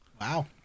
Wow